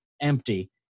Empty